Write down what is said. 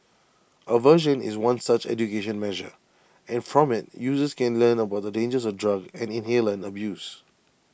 aversion is one such education measure and from IT users can learn about the dangers of drug and inhalant abuse